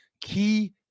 key